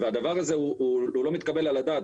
והדבר הזה הוא לא מתקבל על הדעת.